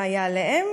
מה היה עליהם?